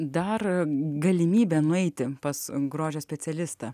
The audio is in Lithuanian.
dar galimybė nueiti pas grožio specialistą